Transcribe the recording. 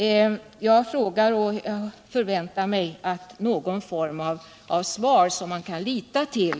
Jag ställer frågan och förväntar mig att jag i dag får någon form av svar som vi kan lita till.